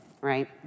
Right